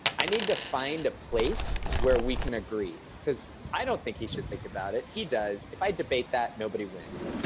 i need to find a place where we can agree because i don't think he should think about it, he does. if i debate that, nobody wins.